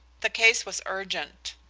the case was urgent.